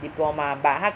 diploma but 他